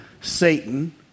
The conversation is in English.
Satan